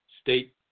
state